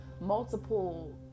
multiple